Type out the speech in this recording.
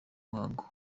muhango